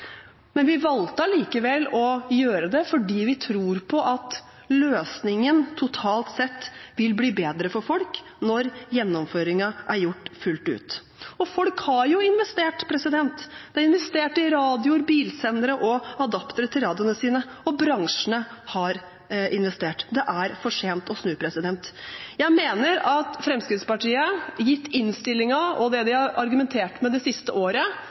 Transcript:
Men vi valgte likevel å gjøre det, fordi vi tror at løsningen totalt sett vil bli bedre for folk når gjennomføringen er gjort fullt ut. Og folk har jo investert: De har investert i radioer, bilsendere og adaptere til radioene sine. Og bransjene har investert. Det er for sent å snu. Jeg mener at innstillingen og det Fremskrittspartiet har argumentert med det siste året,